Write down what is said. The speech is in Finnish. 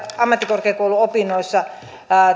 ammattikorkeakouluopinnoissa